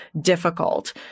difficult